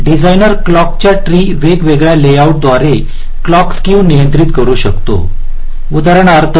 designer क्लॉकच्या tree वेगवेगळ्या लेआउटद्वारे क्लॉक स्क्यू नियंत्रित करू शकतो उदाहरणार्थ